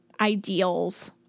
ideals